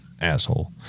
Asshole